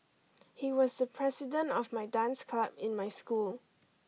he was the president of my dance club in my school